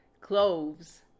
Cloves